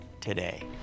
today